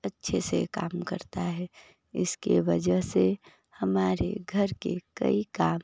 अच्छे से काम करता है इस के वजह से हमारे घर के कई काम